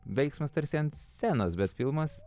veiksmas tarsi ant scenos bet filmas